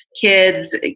kids